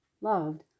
loved